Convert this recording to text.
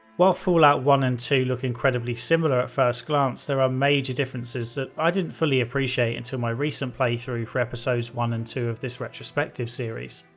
while fallout one and two look incredibly similar at first glance, there are major differences that i didn't fully appreciate until my recent playthrough for episodes one and two of this retrospective series.